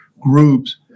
groups